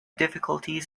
difficulties